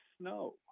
Snow